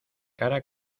cara